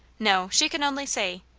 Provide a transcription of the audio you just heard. no she can only say,